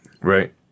Right